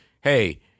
hey